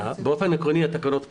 באופן עקרוני, התקנות פה.